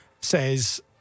says